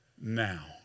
now